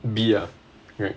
B ah correct